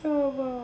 !alamak!